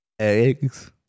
Eggs